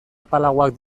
apalagoak